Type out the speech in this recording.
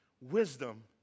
wisdom